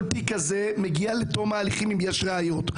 כל תיק כזה מגיע לתום ההליכים אם יש ראיות.